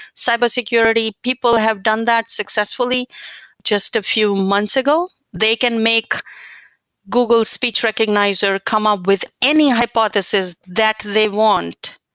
cyber security, people have done that successfully just a few months ago. they can make google speech recognizer come up with any hypothesis that they want,